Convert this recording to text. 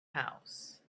house